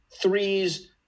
threes